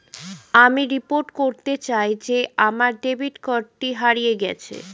আমি রিপোর্ট করতে চাই যে আমার ডেবিট কার্ডটি হারিয়ে গেছে